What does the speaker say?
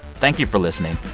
thank you for listening.